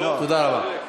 תודה רבה.